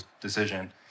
decision